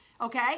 Okay